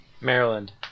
Maryland